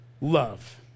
love